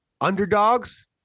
underdogs